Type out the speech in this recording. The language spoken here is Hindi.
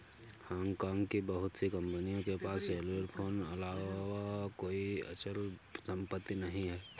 हांगकांग की बहुत सी कंपनियों के पास सेल्युलर फोन अलावा कोई अचल संपत्ति नहीं है